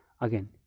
Again